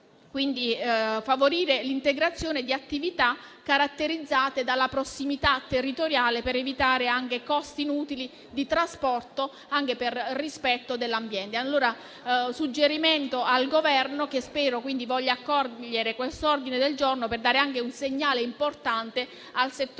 inoltre favorire l'integrazione di attività caratterizzate dalla prossimità territoriale, per evitare costi inutili di trasporto, anche per rispetto dell'ambiente. Il mio è un suggerimento al Governo, che spero voglia accogliere questo ordine del giorno, per dare un segnale importante al settore